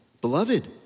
Beloved